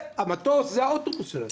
המטוס זה האוטובוס שלהם.